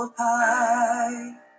pie